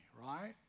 right